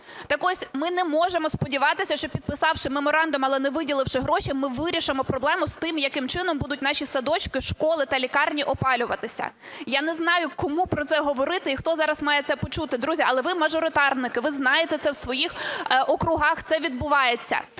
Так ось, ми не можемо сподіватись, що підписавши меморандум, але не виділивши гроші ми вирішимо проблему з тим, яким чином будуть наші садочки, школи та лікарні опалюватися. Я не знаю, кому про це говорити і хто зараз має це почути. Друзі, але ви мажоритарники, ви знаєте це в своїх округах, це відбувається.